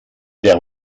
der